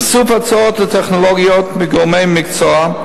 איסוף הצעות לטכנולוגיות מגורמי מקצוע,